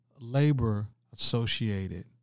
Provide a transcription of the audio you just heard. labor-associated